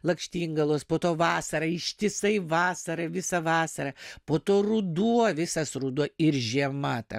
lakštingalos po to vasarą ištisai vasarą visą vasarą po to ruduo visas ruduo ir žiema ta